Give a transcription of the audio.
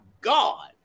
God